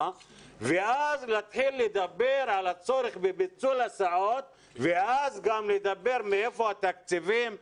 - ואז להתחיל על הצורך בביטול הסעות ואז לראות מהיכן התקציבים לכך.